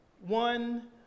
one